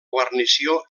guarnició